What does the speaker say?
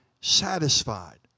satisfied